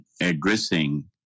addressing